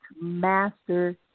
master